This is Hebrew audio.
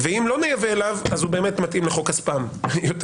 אם לא נייבא אליו, הוא באמת מתאים לחוק הספאם יותר